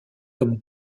comme